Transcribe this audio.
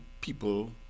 people